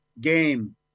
game